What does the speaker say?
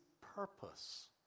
purpose